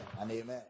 amen